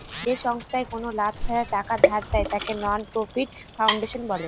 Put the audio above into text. যে সংস্থায় কোনো লাভ ছাড়া টাকা ধার দেয়, তাকে নন প্রফিট ফাউন্ডেশন বলে